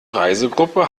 reisegruppe